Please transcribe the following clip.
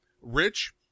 Rich